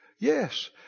Yes